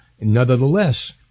Nevertheless